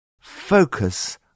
Focus